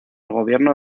gobierno